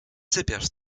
sypiasz